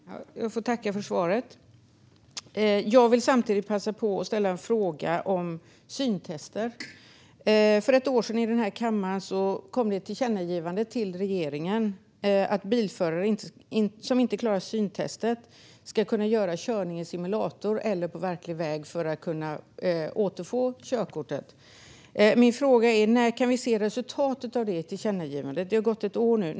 Fru talman! Jag får tacka för svaret. Jag vill samtidigt passa på att ställa en fråga om syntest. För ett år sedan kom det i denna kammare ett tillkännagivande till regeringen om att bilförare som inte klarar syntestet ska kunna göra körning i simulator eller på verklig väg för att kunna återfå körkortet. Min fråga är: När kan vi se resultatet av det tillkännagivandet? Det har gått ett år nu.